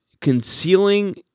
concealing